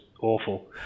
awful